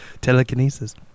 Telekinesis